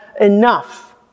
enough